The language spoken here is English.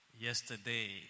yesterday